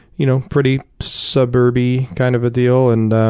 you know pretty suburb-y kind of a deal. and